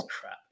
crap